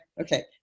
Okay